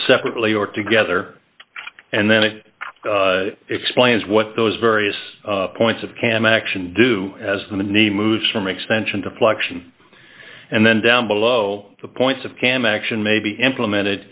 separately or together and then it explains what those various points of cam action do as the knee moves from extension to fluxion and then down below the points of cam action may be implemented